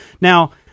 Now